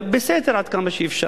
אבל בסתר עד כמה שאפשר.